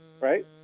right